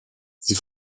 sie